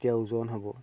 তেতিয়া ওজন হ'ব